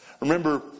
Remember